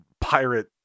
pirate